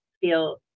feel